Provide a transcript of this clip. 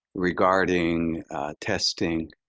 regarding testing,